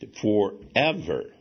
Forever